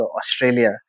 Australia